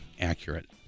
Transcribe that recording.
Accurate